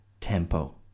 tempo